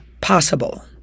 possible